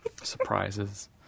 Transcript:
surprises